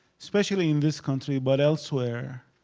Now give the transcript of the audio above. especially in this country, but elsewhere,